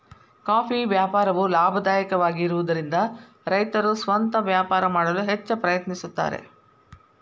coffee ವ್ಯಾಪಾರವು ಲಾಭದಾಯಕವಾಗಿರುವದರಿಂದ ರೈತರು ಸ್ವಂತ ವ್ಯಾಪಾರ ಮಾಡಲು ಹೆಚ್ಚ ಪ್ರಯತ್ನಿಸುತ್ತಾರೆ